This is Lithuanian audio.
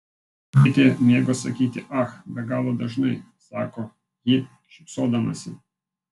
gėtė mėgo sakyti ach be galo dažnai sako ji šypsodamasi